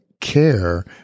care